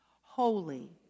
holy